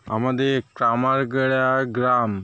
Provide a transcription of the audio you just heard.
আমাদের কামার গ্রা গ্রাম